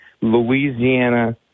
Louisiana